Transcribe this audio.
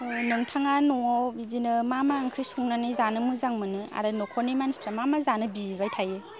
नोंथाङा न'आव बिदिनो मा मा ओंख्रि संना जानो मोजां मोनो आरो न'खरनि मानसिफोरा मा मा जानो बिबाय थायो